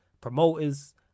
Promoters